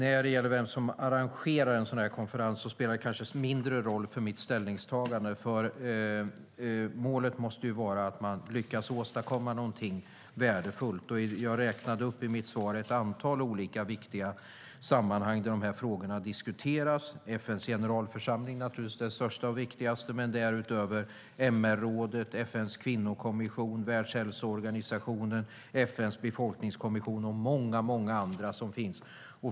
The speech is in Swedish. Fru talman! Vem som arrangerar en sådan här konferens spelar kanske mindre roll för mitt ställningstagande. Målet måste ju vara att man lyckas åstadkomma något värdefullt. I mitt svar räknade jag upp ett antal viktiga sammanhang där dessa frågor diskuteras. FN:s generalförsamling är naturligtvis det största och viktigaste, men därutöver finns MR-rådet, FN:s kvinnokommission, Världshälsoorganisationen, FN:s befolkningskommission och många andra organ.